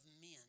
men